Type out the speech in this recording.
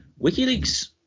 WikiLeaks